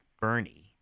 Bernie